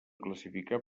classificar